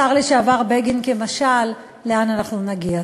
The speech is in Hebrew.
השר לשעבר בגין כמשל, לאן אנחנו נגיע?